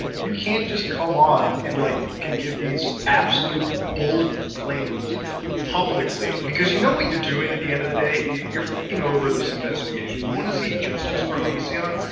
you can't just come on and, like, f-cking give these absolute bullsh-t claims publicly because you know what you're doing at the end of the day? you're f-cking over this investigation. you want to see justice for onision?